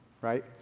Right